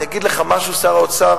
אני אגיד לך משהו, שר האוצר,